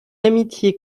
amitié